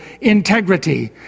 integrity